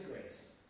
grace